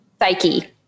psyche